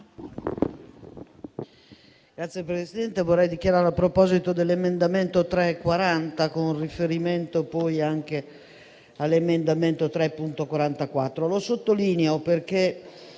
Signor Presidente, intervengo a proposito dell'emendamento 3.40, con riferimento poi anche all'emendamento 3.44. Lo sottolineo perché